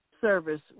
Service